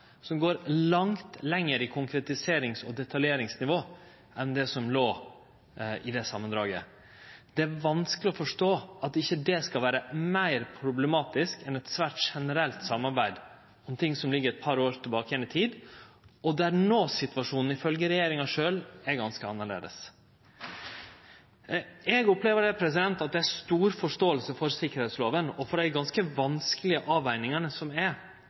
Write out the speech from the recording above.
som går mykje lenger i konkretiserings- og detaljeringsnivå enn det som låg i det samandraget. Det er vanskeleg å forstå at ikkje det skal vere meir problematisk enn eit svært generelt samarbeid om ting som ligg eit par år tilbake i tid, og der nosituasjonen, ifølgje regjeringa sjølv, er ganske annleis. Eg opplever at det er stor forståing for sikkerheitslova og for dei ganske vanskelege avvegingane